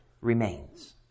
remains